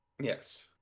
Yes